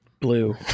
blue